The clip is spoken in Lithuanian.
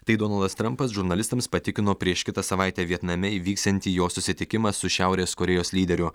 tai donaldas trampas žurnalistams patikino prieš kitą savaitę vietname įvyksiantį jo susitikimą su šiaurės korėjos lyderiu